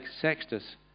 Sextus